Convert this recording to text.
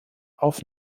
auf